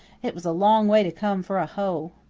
it was a long way to come for a hoe.